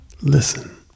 Listen